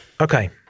okay